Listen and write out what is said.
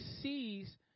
sees